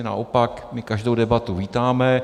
Naopak my každou debatu vítáme.